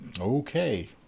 Okay